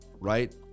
right